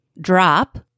drop